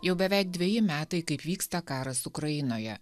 jau beveik dveji metai kaip vyksta karas ukrainoje